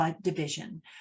division